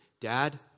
Dad